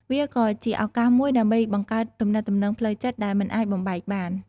វាក៏ជាឱកាសមួយដើម្បីបង្កើតទំនាក់ទំនងផ្លូវចិត្តដែលមិនអាចបំបែកបាន។